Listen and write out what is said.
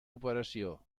operació